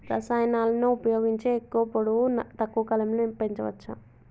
రసాయనాలను ఉపయోగించి ఎక్కువ పొడవు తక్కువ కాలంలో పెంచవచ్చా?